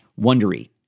Wondery